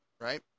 right